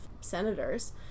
senators